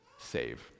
save